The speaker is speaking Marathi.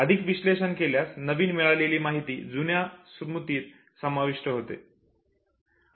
अधिक विश्लेषण केल्यास नवीन मिळालेली माहिती जुन्या स्मृतीत समाविष्ट होते